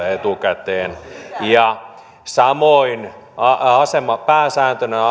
etukäteen ja samoin pääsääntönä